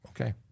Okay